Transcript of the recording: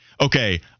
Okay